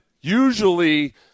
usually